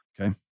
Okay